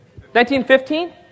1915